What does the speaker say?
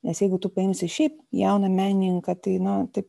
nes jeigu tu paimsi šiaip jauną menininką tai na taip